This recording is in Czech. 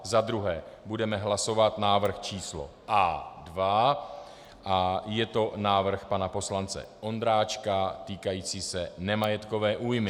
Za druhé budeme hlasovat návrh číslo A2 a je to návrh pana poslance Ondráčka týkající se nemajetkové újmy.